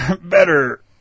better